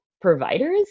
providers